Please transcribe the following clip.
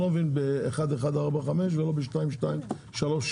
אני לא מבין ב-1145 ולא ב-2236,